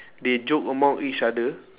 they joke among each other